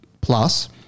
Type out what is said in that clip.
plus